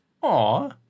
Aw